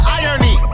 irony